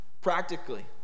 practically